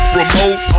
remote